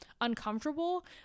uncomfortable